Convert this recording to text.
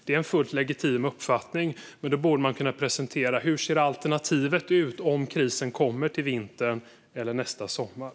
Det är en fullt legitim uppfattning, men då borde man kunna presentera hur alternativet ser ut om krisen kommer till vintern eller nästa sommar.